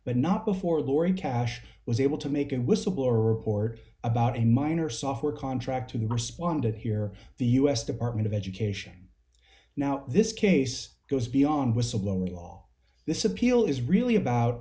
but not before lori cash was able to make a whistleblower report about a minor software contractor who responded here the u s department of education now this case goes beyond whistleblower law this appeal is really about